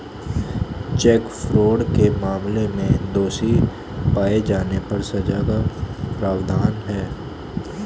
check fraud के मामले में दोषी पाए जाने पर सजा का प्रावधान है